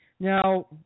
Now